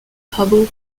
hubble